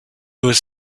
was